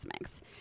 mix